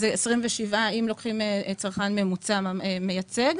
27 שקלים אם לוקחים צרכן ממוצע מייצג.